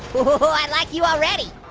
i like you already.